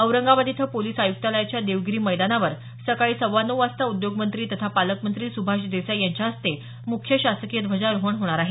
औरंगाबाद इथं पोलीस आयुक्तालयाच्या देवगिरी मैदानावर सकाळी सव्वा नऊ वाजता उद्योगमंत्री तथा पालकमंत्री सुभाष देसाई यांच्या हस्ते मुख्य शासकीय ध्वजारोहण होणार आहे